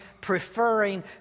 preferring